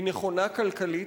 היא נכונה כלכלית,